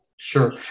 Sure